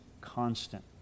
constant